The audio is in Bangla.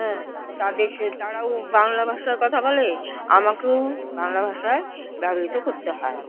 হ্যাঁ তাদের সে তারাও বাংলা ভাষায় কথা বলে আমাকেও বাংলা ভাষায় ব্যবহৃত করতে হয়